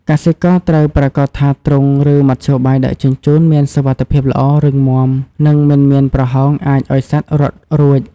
កសិករត្រូវប្រាកដថាទ្រុង ឬមធ្យោបាយដឹកជញ្ជូនមានសុវត្ថិភាពល្អ រឹងមាំ និងមិនមានប្រហោងអាចឱ្យសត្វរត់រួច។